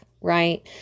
right